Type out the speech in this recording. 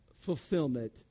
fulfillment